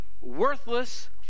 worthless